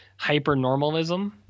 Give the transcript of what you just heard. *Hypernormalism*